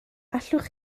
allwch